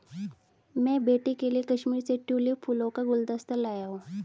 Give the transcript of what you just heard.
मैं बेटी के लिए कश्मीर से ट्यूलिप फूलों का गुलदस्ता लाया हुं